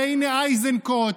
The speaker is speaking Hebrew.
והינה איזנקוט,